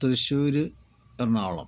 Thrissur Ernakulam